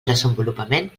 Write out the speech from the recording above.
desenvolupament